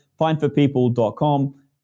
findforpeople.com